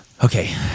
Okay